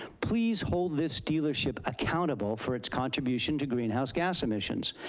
please hold this dealership accountable for its contribution to greenhouse gas emissions.